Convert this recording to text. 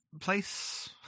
place